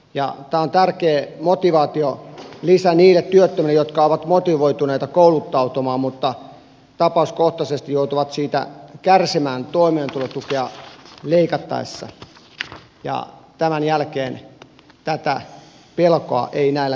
tämä on tärkeä motivaatiolisä niille työttömille jotka ovat motivoituneita kouluttautumaan mutta tapauskohtaisesti joutuvat siitä kärsimään toimeentulotukea leikattaessa ja tämän jälkeen tätä pelkoa ei näillä henkilöillä enää ole